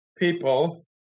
people